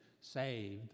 saved